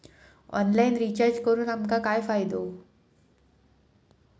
Online recharge करून आमका काय फायदो?